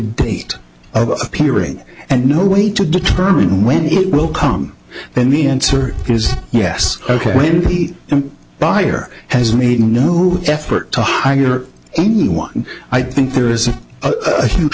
date appearing and no way to determine when it will come and the answer is yes ok when buyer has made no effort to hire anyone i think there is a huge